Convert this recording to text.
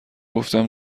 گفتم